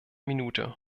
minute